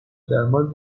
درمان